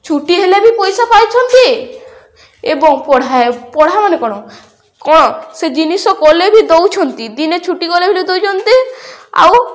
ଛୁଟି ହେଲେ ବି ପଇସା ପାଉଛନ୍ତି ଏବଂ ପଢ଼ା ପଢ଼ା ମାନେ କ'ଣ କ'ଣ ସେ ଜିନିଷ କଲେ ବି ଦେଉଛନ୍ତି ଦିନେ ଛୁଟି କଲେ ବି ଦେଉଛନ୍ତି ଆଉ